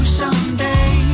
someday